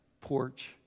porch